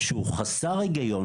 שהוא חסר היגיון,